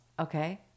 Okay